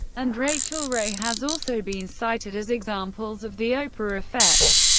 and rachael ray has also been cited as examples of the oprah effect.